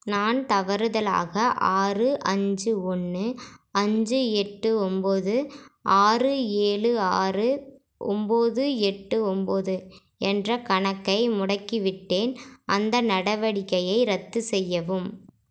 நான் தவறுதலாக ஆறு அஞ்சு ஒன்று அஞ்சு எட்டு ஒம்பது ஆறு ஏழு ஆறு ஒம்பது எட்டு ஒம்பது என்ற கணக்கை முடக்கிவிட்டேன் அந்த நடவடிக்கையை ரத்து செய்யவும்